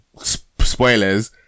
spoilers